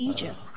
Egypt